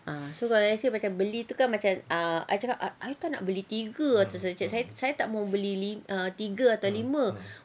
ah so kalau let's say macam beli tu kan macam I cakap I tak nak beli tiga cakap saya tak mahu beli tiga atau lima